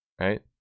right